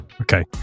Okay